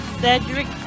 cedric